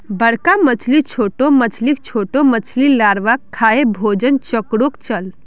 बड़का मछली छोटो मछलीक, छोटो मछली लार्वाक खाएं भोजन चक्रोक चलः